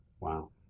Wow